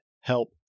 help